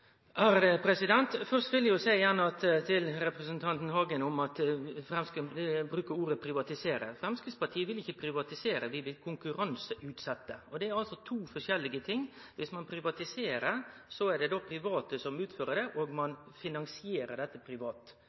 blir komplisert. Først vil eg gjerne seie til representanten Hagen, som brukar ordet «privatisere»: Framstegspartiet vil ikkje privatisere, vi vil konkurranseutsette. Det er to forskjellige ting. Viss ein privatiserer, er det private som utfører det, og ein finansierer det privat.